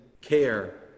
care